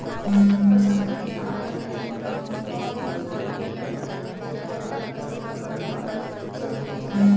फसल म किसान ल तभे नफा नुकसानी के पता चलथे जब ओखर फसल ह घर म चल देथे